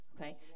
Okay